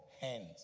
hands